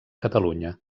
catalunya